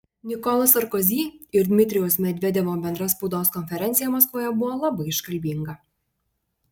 nikolo sarkozy ir dmitrijaus medvedevo bendra spaudos konferencija maskvoje buvo labai iškalbinga